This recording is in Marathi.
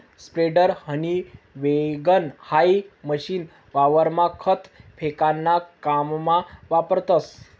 स्प्रेडर, हनी वैगण हाई मशीन वावरमा खत फेकाना काममा वापरतस